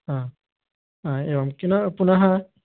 हा हा एवं किं पुनः